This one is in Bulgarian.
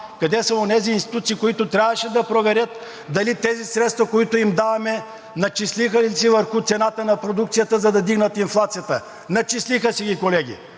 къде са онези институции, които трябваше да проверят дали тези средства, които им даваме, начислиха ли си върху цената на продукцията, за да вдигнат инфлацията – начислиха ли си ги, колеги,